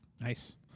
Nice